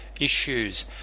issues